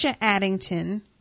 Addington